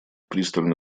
пристально